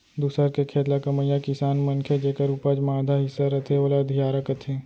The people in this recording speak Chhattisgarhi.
दूसर के खेत ल कमइया किसान मनखे जेकर उपज म आधा हिस्सा रथे ओला अधियारा कथें